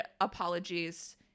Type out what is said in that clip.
apologies